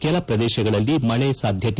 ಕೆಲ ಪ್ರದೇಶಗಳಲ್ಲಿ ಮಳೆ ಸಾಧ್ಯತೆ